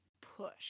push